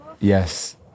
Yes